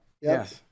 Yes